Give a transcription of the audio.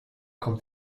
kommt